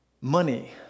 Money